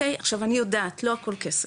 עכשיו אני יודעת לא הכול כסף,